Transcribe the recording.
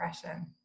depression